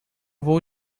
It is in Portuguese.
vou